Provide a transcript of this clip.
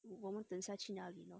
我们等下去哪里呢